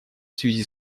связи